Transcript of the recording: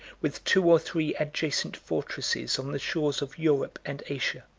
with two or three adjacent fortresses on the shores of europe and asia.